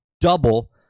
double